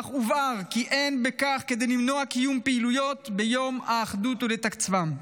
אך הובהר כי אין בכך כדי למנוע קיום פעילויות ביום האחדות ולתקצבן.